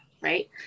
right